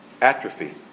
atrophy